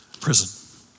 prison